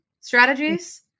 strategies